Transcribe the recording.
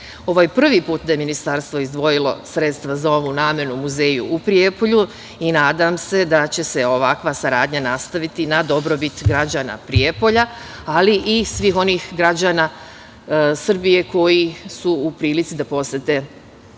Ovo je prvi put da je Ministarstvo izdvojilo sredstva za ovu namenu muzeju u Prijepolju i nadam se da će se ovakva saradnja nastaviti na dobrobit građana Prijepolja, ali i svih onih građana Srbije koji su u prilici da posete Prijepolje